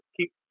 keep